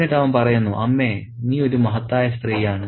എന്നിട്ട് അവൻ പറയുന്നു അമ്മേ നീ ഒരു മഹത്തായ സ്ത്രീയാണ്